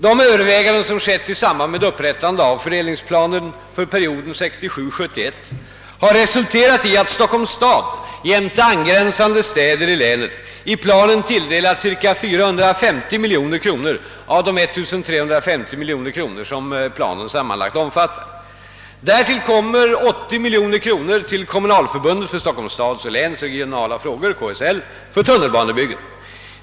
De överväganden som skett i samband med upprättande av fördelningsplanen för perioden 1967—1971 har resulterat i att Stockholms stad jämte angränsande städer i länet i planen tilldelats cirka 450 milj.kr. av de 1350 milj.kr. som planen sammanlagt omfattar. Härtill kommer 80 milj.kr. till kommunalförbundet för Stockholms stads och läns regionala frågor för tunnelbanebyggen.